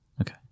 Okay